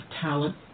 talent